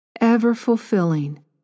ever-fulfilling